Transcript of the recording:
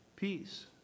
Peace